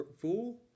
fool